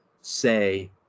say